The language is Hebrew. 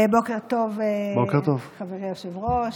בוקר טוב, חברי היושב-ראש.